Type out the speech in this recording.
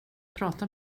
prata